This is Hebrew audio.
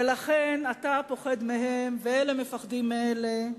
ולכן אתה פוחד מהם, ואלה מפחדים מאלה,